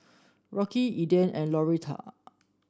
Rocky Eden and Lauretta